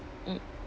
mm